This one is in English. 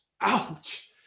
Ouch